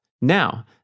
Now